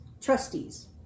Trustees